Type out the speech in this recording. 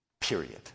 Period